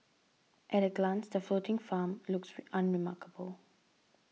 at a glance the floating farm looks unremarkable